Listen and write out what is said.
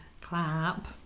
clap